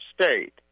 state